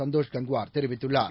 சந்தோஷ்கங்வார்தெரிவித்துள்ளார்